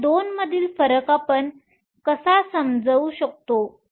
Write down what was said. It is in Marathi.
तर या 2 मधील फरक आपण कसा समजू शकतो